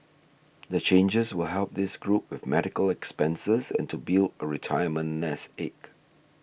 the changes will help this group with medical expenses and to build a retirement nest egg